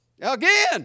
Again